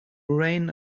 reign